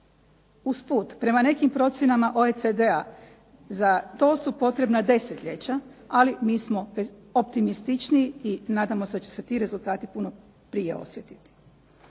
Usput po nekim procjenama OECD-a za to su potreba desetljeća, ali mi smo optimističniji i nadamo se da će se ti rezultati puno prije osjetiti.